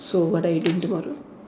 so what are you doing tomorrow